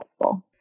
helpful